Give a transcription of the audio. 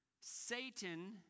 Satan